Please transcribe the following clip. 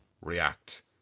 react